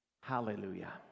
Hallelujah